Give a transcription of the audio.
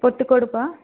పొత్తి కడుపా